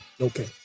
okay